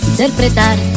Interpretar